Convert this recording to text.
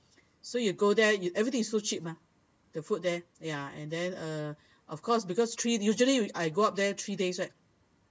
so you go there you everything is so cheap ah the food there ya and then uh of course because three usually I go up there three days right